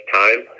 time